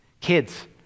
Kids